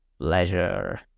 pleasure